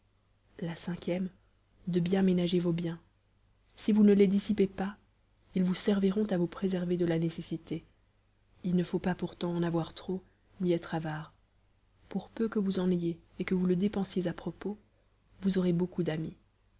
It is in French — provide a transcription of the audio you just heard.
la cinquième de bien ménager vos biens si vous ne les dissipez pas ils vous serviront à vous préserver de la nécessité il ne faut pas pourtant en avoir trop ni être avare pour peu que vous en ayez et que vous le dépensiez à propos vous aurez beaucoup d'amis